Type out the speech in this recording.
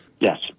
Yes